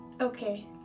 okay